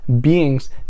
beings